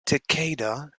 takeda